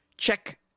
Check